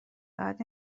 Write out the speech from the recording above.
باید